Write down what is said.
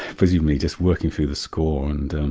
presumably just working through the score. and